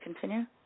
continue